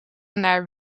naar